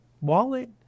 wallet